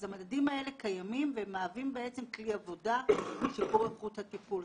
אז המדדים האלה קיימים והם מהווים כלי עבודה לשיפור איכות הטיפול,